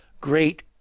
great